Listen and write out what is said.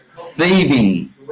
thieving